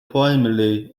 primarily